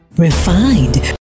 refined